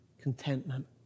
contentment